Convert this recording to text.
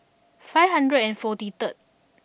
five hundred and forty third